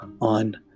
on